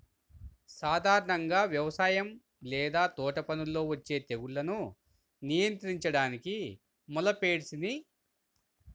సాధారణంగా వ్యవసాయం లేదా తోటపనుల్లో వచ్చే తెగుళ్లను నియంత్రించడానికి మొలస్సైడ్స్ ని వాడుతారు